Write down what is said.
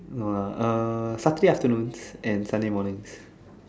no lah uh Saturday afternoon and Sunday morning